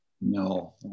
No